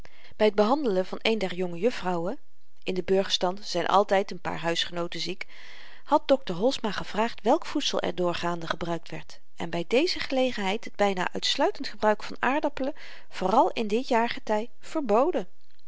by t behandelen van een der jonge juffrouwen in den burgerstand zyn altyd n paar huisgenooten ziek had dokter holsma gevraagd welk voedsel er doorgaande gebruikt werd en by deze gelegenheid het byna uitsluitend gebruik van aardappelen vooral in dit jaargety verboden